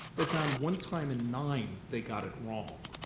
they found one time in nine they got it wrong.